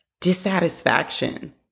dissatisfaction